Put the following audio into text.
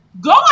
Go